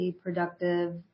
productive